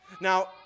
Now